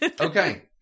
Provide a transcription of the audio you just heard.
Okay